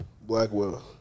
Blackwell